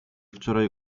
wczoraj